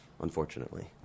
unfortunately